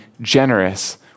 generous